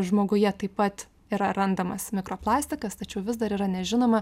žmoguje taip pat yra randamas mikroplastikas tačiau vis dar yra nežinoma